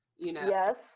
Yes